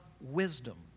wisdom